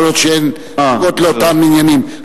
ויכול להיות שהן נוגעות לאותם עניינים.